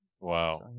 Wow